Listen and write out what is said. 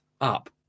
up